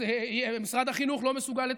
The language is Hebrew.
אז משרד החינוך לא מסוגל לתקצב.